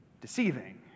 deceiving